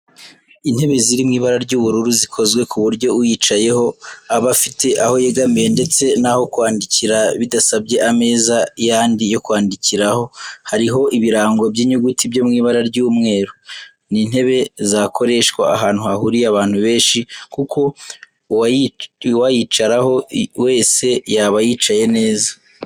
Intebe ziri mu ibara ry'ubururu zikozwe ku buryo uyicayeho aba afite aho yegamira ndetse n'aho kwandikira bidasabye ameza yandi yo kwandikiraho, hariho ibirango by'inyuguti byo mw'ibara ry'umweru. Ni intebe zakoreshwa ahantu hahuriye abantu benshi kuko uwayicaraho wese yaba yicaye neza